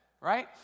Right